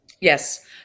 Yes